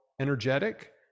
energetic